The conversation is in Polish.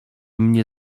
mnie